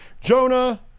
Jonah